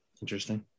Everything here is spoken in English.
Interesting